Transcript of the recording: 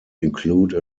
include